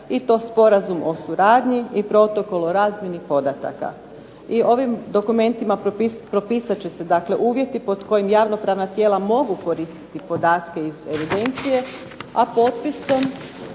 i to Sporazum o suradnji i Protokol o razmjeni podataka. I ovim dokumentima propisat će se, dakle uvjeti pod kojim javno-pravna tijela mogu koristiti podatke iz evidencije, a potpisom